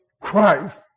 Christ